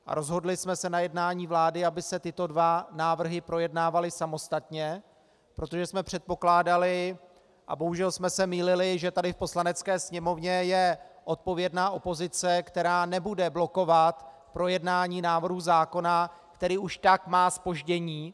A rozhodli jsme se na jednání vlády, aby se tyto dva návrhy projednávaly samostatně, protože jsme předpokládali, a bohužel jsme se mýlili, že tady v Poslanecké sněmovně je odpovědná opozice, která nebude blokovat projednání návrhu zákona, který už tak má zpoždění.